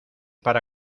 para